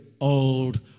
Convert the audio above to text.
old